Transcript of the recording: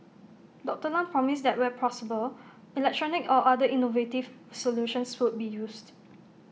Doctor Lam promised that where possible electronic or other innovative solutions would be used